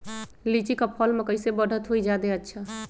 लिचि क फल म कईसे बढ़त होई जादे अच्छा?